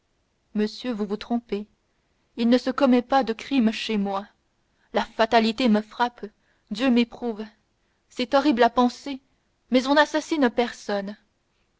monsieur vous vous trompez il ne se commet pas de crimes chez moi la fatalité me frappe dieu m'éprouve c'est horrible à penser mais on n'assassine personne